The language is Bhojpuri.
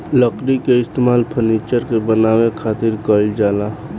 लकड़ी के इस्तेमाल फर्नीचर के बानवे खातिर कईल जाला